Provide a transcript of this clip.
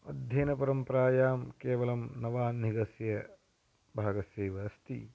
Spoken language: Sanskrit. अध्ययनपरम्परायां केवलं नवाह्निकस्य भागस्यैव अस्ति